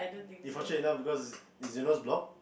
if fortunate enough because is is your nose blocked